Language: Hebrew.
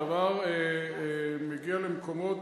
הדבר מגיע למקומות